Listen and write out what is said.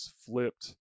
flipped